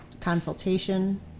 consultation